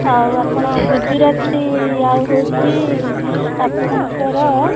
ଆଉ ଆପଣ ଗୁଜୁରାତି ଆଉ ହେଉଛି ଆପଣଙ୍କର